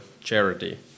charity